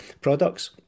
products